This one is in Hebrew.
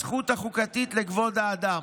הזכות החוקתית לכבוד האדם.